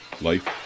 life